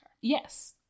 Yes